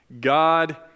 God